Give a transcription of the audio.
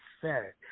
sir